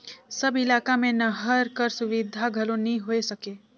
सब इलाका मे नहर कर सुबिधा घलो नी होए सके